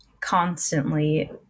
constantly